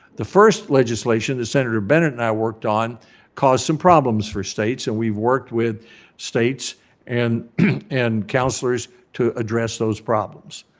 the first legislation that senator bennet and i worked on caused some problems for states and we've worked with states and and counselors to address those problems.